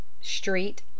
Street